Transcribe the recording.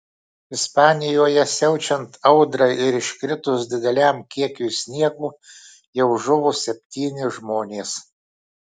ispanijoje siaučiant audrai ir iškritus dideliam kiekiui sniego jau žuvo septyni žmonės